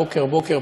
בוקר-בוקר,